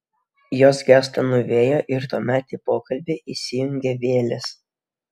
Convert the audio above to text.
jos gęsta nuo vėjo ir tuomet į pokalbį įsijungia vėlės